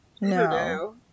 No